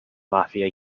mafia